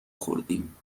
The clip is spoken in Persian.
خوردیم